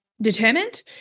determined